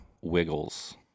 wiggles